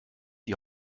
die